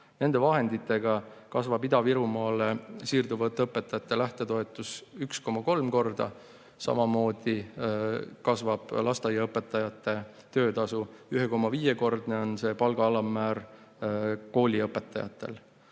Nende vahenditega kasvab Ida-Virumaale siirduvate õpetajate lähtetoetus 1,3 korda. Samamoodi kasvab lasteaiaõpetajate töötasu, 1,5‑kordne on see palga alammäär kooliõpetajatel. Ma